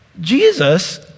Jesus